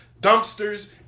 dumpsters